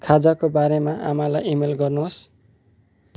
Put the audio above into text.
खाजाको बारेमा आमालाई इमेल गर्नुहोस्